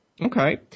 Okay